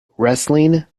wrestling